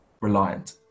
reliant